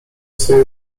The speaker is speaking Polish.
swej